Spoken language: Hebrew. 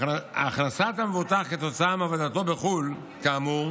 הכנסת המבוטח כתוצאה מעבודתו בחו"ל כאמור